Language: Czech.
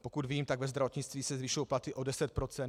Pokud vím, tak ve zdravotnictví se zvyšují platy o 10 %.